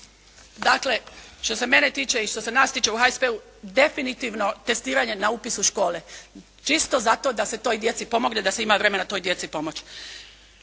Dakle, što se mene tiče i što se nas tiče u HSP-u definitivno testiranje na upisu škole. Čisto zato da se toj djeci pomogne, da se ima vremena toj djeci pomoć.